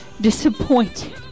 disappointed